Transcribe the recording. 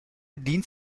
dient